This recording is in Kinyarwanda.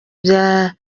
bya